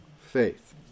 Faith